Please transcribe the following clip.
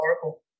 horrible